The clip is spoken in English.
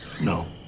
No